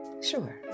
sure